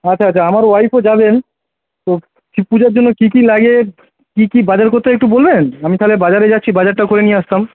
আচ্ছা আচ্ছা আমার ওয়াইফও যাবেন তো শিব পুজোর দিনে কী কী লাগে কী কী বাজার করতে হয় একটু বলবেন আমি তাহলে বাজারে যাচ্ছি বাজারটা করে নিয়ে আসতাম